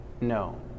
No